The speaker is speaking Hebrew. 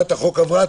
הצעת החוק עברה.